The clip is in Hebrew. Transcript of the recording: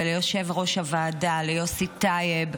וליושב-ראש הוועדה יוסי טייב,